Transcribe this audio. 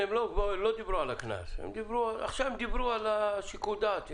היא דיברה על שיקול הדעת.